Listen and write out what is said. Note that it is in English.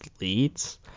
leads